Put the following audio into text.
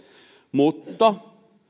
mutta